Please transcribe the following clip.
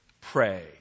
pray